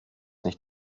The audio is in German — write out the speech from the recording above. nicht